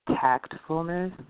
tactfulness